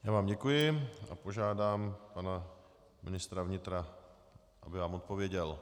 Já vám děkuji a požádám pana ministra vnitra, aby vám odpověděl.